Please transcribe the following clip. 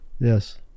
yes